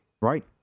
Right